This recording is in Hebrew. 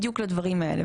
בדיוק לדברים האלה.